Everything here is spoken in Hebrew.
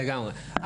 לגמרי,